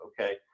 okay